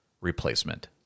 replacement